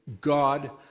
God